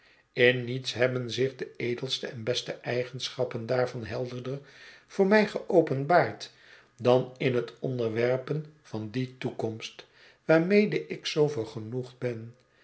in niets hebben zich de edelste en beste eigenschappen daarvan helderder voor mij geopenbaard dan in het ontwerpen van die toekomst waarmede ik zoo vergenoegd ben